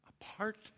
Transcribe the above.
apart